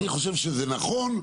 אני חושב שזה נכון.